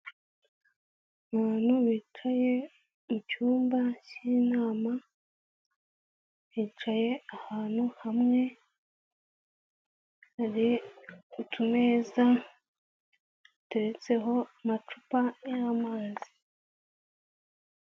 Abantu bicaye mu cyumba cy'inama, bicaye ahantu hamwe hari utumeza duteretseho amacupa y'amazi.